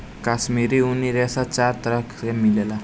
काश्मीरी ऊनी रेशा चार तरह के मिलेला